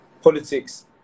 politics